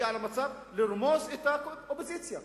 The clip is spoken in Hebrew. שהגיעה למצב של רמיסת האופוזיציה.